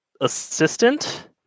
assistant